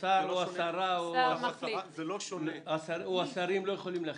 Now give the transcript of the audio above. השר או השרה או השרים לא יכולים להחליט.